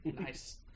Nice